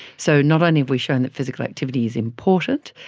so not only have we shown that physical activity is important,